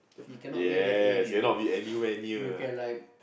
you cannot wait that area you can like